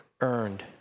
earned